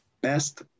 best